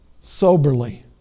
soberly